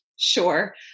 sure